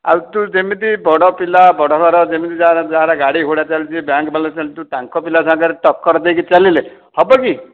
ଆଉ ତୁ ଯେମିତି ବଡ଼ ପିଲା ବଡ଼ ଘର ଯେମିତି ଯାହା ଯାହାର ଗାଡ଼ି ଘୋଡ଼ା ଚାଲୁଛି ବ୍ୟାଙ୍କ ବାଲାନ୍ସ ଅଛି ତୁ ତାଙ୍କ ପିଲାଙ୍କ ସାଙ୍ଗରେ ଟକ୍କର୍ ଦେଇକି ଚାଲିଲେ ହେବ କି